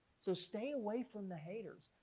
so stay away from the haters.